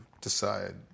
decide